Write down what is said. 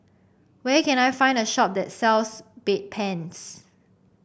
where can I find a shop that sells Bedpans